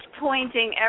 pointing